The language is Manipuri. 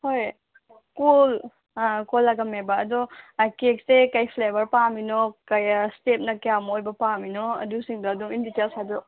ꯍꯣꯏ ꯀꯣꯜ ꯑꯥ ꯀꯣꯜ ꯂꯥꯛꯑꯝꯃꯦꯕ ꯑꯗꯣ ꯀꯦꯛꯁꯦ ꯀꯩ ꯐ꯭ꯂꯦꯕꯔ ꯄꯥꯝꯃꯤꯅꯣ ꯀꯩ ꯏꯁꯇꯦꯞꯅ ꯀꯌꯥꯝ ꯑꯣꯏꯕ ꯄꯥꯝꯃꯤꯅꯣ ꯑꯗꯨꯁꯤꯡꯗꯣ ꯑꯗꯨꯝ ꯏꯟ ꯗꯤꯇꯦꯜꯁ ꯍꯥꯏꯕꯤꯔꯛꯑꯣ